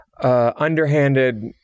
underhanded